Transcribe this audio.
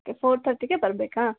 okay four ಥರ್ಟಿಗೆ ಬರಬೇಕಾ